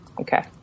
Okay